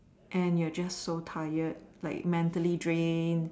and you're just tired like mentally drained